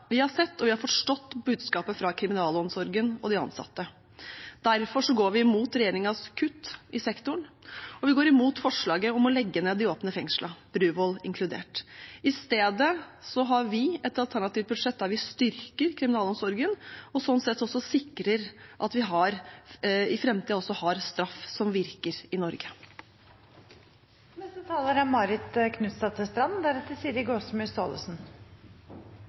Vi har sett og vi har forstått budskapet fra kriminalomsorgen og de ansatte. Derfor går vi mot regjeringens kutt i sektoren, og vi går mot forslaget om å legge ned de åpne fengslene – Bruvoll inkludert. I stedet har vi et alternativt budsjett der vi styrker kriminalomsorgen og sånn sett sikrer at vi også i framtiden har straff som virker i Norge. Beredskap og sikkerhet er